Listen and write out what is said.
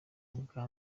ubwa